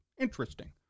interesting